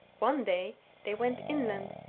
one day they went inland,